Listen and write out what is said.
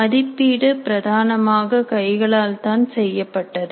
மதிப்பீடு பிரதானமாக கைகளால் தான் செய்யப்பட்டது